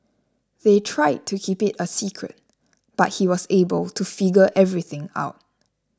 they tried to keep it a secret but he was able to figure everything out